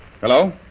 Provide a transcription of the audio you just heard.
Hello